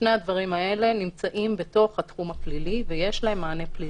שני הדברים האלה נמצאים בתוך התחום הפלילי ויש להם מענה פלילי.